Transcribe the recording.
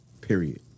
Period